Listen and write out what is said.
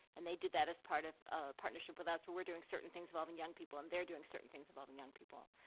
and they did that as part of a partnership with us. we're we're doing certain things involving young people, and they're doing certain things involving young people.